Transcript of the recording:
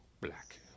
black